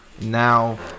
Now